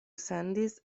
sendis